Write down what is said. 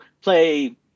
play